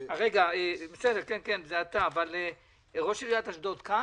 רגע, ראש עיריית אשדוד נמצא בזום?